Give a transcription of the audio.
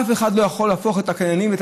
אף אחד לא יכול להפוך את הקניינים ואת